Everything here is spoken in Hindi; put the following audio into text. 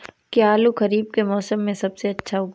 क्या आलू खरीफ के मौसम में सबसे अच्छा उगता है?